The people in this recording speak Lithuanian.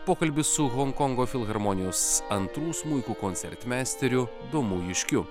pokalbis su honkongo filharmonijos antrų smuikų koncertmeisteriu domu juškiu